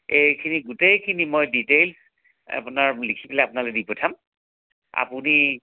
এইখিনি গোটেইখিনি মই ডিটেইলচ আপোনাৰ লিখি পেলাই আপোনালৈ দি পঠাম আপুনি